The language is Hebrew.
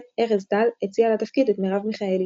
ארז טל הציע לתפקיד את מרב מיכאלי,